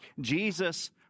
Jesus